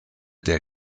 der